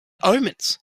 omens